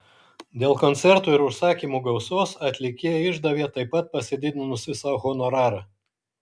dėl koncertų ir užsakymų gausos atlikėja išdavė taip pat pasididinusi sau honorarą